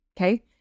Okay